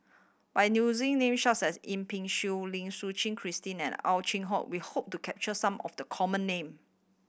by using names such as Yip Pin Xiu Lim Suchen Christine and Ow Chin Hock we hope to capture some of the common name